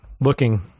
looking